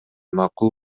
макул